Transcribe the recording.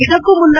ಇದಕ್ಕೂ ಮುನ್ನ